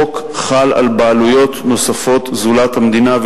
החוק חל על בעלויות נוספות זולת המדינה.